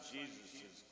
Jesus